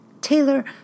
Taylor